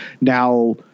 now